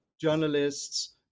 journalists